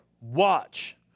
watch